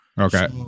Okay